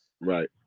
Right